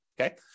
okay